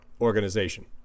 organization